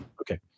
okay